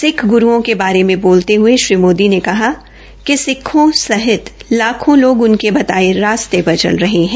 सिक्ख ग्रूओं के बारे में बोलते हये श्री मोदी ने कहा कि सिक्खों सहित लाखों लोग उनके बताये गये रास्ते पर चल रहे है